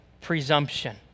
presumption